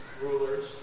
Rulers